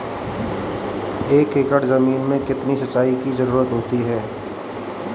एक एकड़ ज़मीन में कितनी सिंचाई की ज़रुरत होती है?